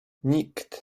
nikt